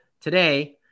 today